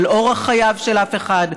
על אורח חייו של אף אחד.